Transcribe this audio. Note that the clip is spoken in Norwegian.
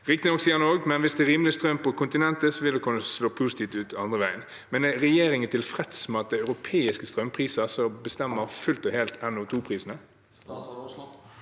Riktignok sier han også at hvis det er rimelig strøm på kontinentet, vil det kunne slå positivt ut andre veien. Er regjeringen tilfreds med at det er europeiske strømpriser som fullt og helt bestemmer NO2-prisene?